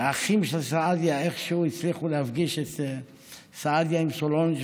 האחים של סעדיה איכשהו הצליחו להפגיש את סעדיה עם סולנג',